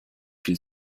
viel